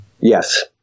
Yes